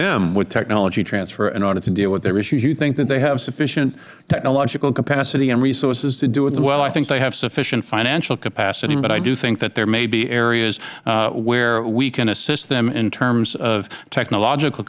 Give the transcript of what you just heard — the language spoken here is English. them with technology transfer in order to deal with their issues you think that they have sufficient technological capacity and resources to do it the mister diringer well i think they have sufficient financial capacity but i do think that there may be areas where we can assist them in terms of technological